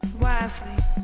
wisely